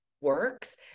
works